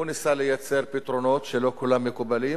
הוא ניסה לייצר פתרונות שלא כולם מקובלים,